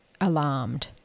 alarmed